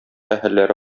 әһелләре